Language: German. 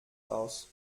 aus